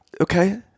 okay